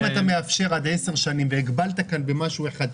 אם אתה מאפשר עד 10 שנים והגבלת כאן במשהו אחד,